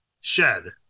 Shed